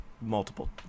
multiple